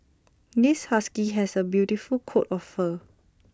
this husky has A beautiful coat of fur